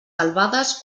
albades